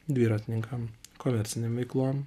dviratininkam komercinėm veiklom